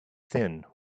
thin